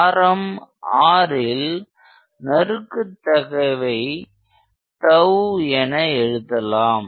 ஆரம் rல் நறுக்குத் தகைவை என எழுதலாம்